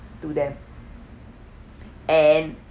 to them and